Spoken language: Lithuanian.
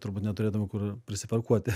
turbūt neturėtume kur prisiparkuoti